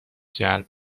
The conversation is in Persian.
جلب